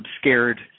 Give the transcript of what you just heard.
scared